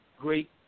great